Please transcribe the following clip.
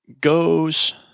goes